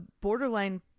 borderline